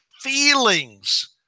Feelings